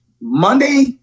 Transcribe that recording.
Monday